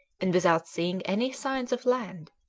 and, without seeing any signs of land,